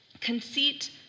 Conceit